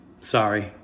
Sorry